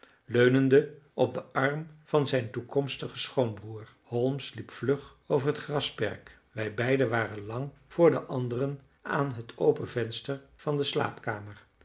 leunende op den arm van zijn toekomstigen schoonbroer holmes liep vlug over het grasperk wij beiden waren lang voor de anderen aan het open venster van de slaapkamer